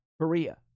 Korea